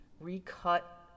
recut